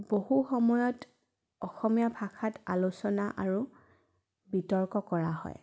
বহু সময়ত অসমীয়া ভাষাত আলোচনা আৰু বিতৰ্ক কৰা হয়